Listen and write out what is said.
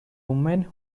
woman